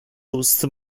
ust